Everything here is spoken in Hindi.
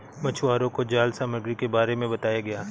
मछुवारों को जाल सामग्री के बारे में बताया गया